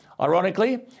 ironically